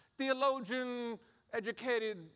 theologian-educated